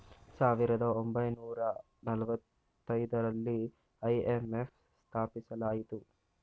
ಸಾವಿರದ ಒಂಬೈನೂರ ನಾಲತೈದರಲ್ಲಿ ಐ.ಎಂ.ಎಫ್ ಸ್ಥಾಪಿಸಲಾಯಿತು